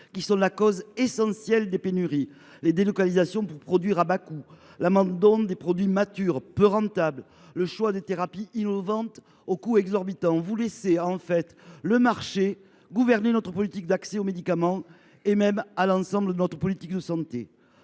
qui sont la cause essentielle des pénuries : délocalisations pour produire à bas coût, abandon des produits matures, peu rentables, ou choix de thérapies innovantes aux coûts exorbitants. En fait, vous laissez le marché gouverner notre accès aux médicaments, et même l’ensemble de notre politique de santé.